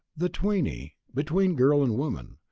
the tweenie, between girl and woman,